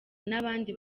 n’abandi